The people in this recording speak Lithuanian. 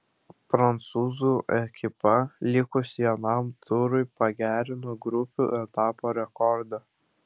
prancūzų ekipa likus vienam turui pagerino grupių etapo rekordą